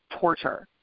torture